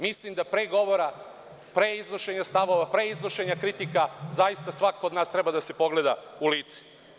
Mislim da pre govora, pre iznošenja stavova, pre iznošenja kritika, zaista svako od nas treba da se pogleda u lice.